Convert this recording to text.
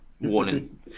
warning